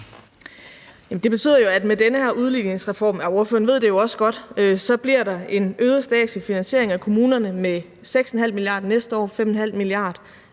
Det betyder jo, at med den her udligningsreform – og ordføreren ved det også godt – bliver der en øget statslig finansiering af kommunerne med 6,5 mia. kr. næste år og 5,5 mia. kr.